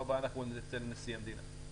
שבוע הבא אנחנו אצל נשיא המדינה עם זה,